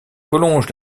collonges